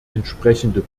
entsprechende